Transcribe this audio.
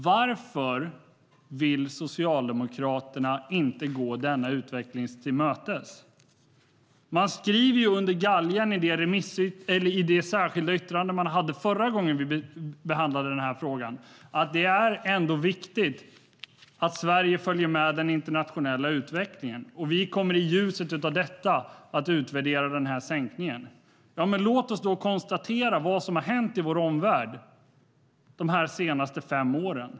Varför vill Socialdemokraterna inte gå denna utveckling till mötes? Man skrev ju under galgen i det särskilda yttrande man hade förra gången vi behandlade frågan: Det är ändå viktigt att Sverige följer med i den internationella utvecklingen. Och vi kommer i ljuset av detta att utvärdera den här sänkningen. Låt oss då konstatera vad som har hänt i vår omvärld de senaste fem åren.